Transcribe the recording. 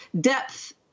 depth—